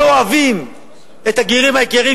כלא אוהבים את הגרים היקרים,